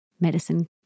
medicine